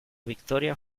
victoria